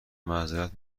معذرت